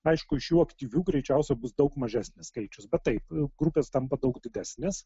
aišku iš jų aktyvių greičiausiai bus daug mažesnis skaičius bet taip grupės tampa daug didesnės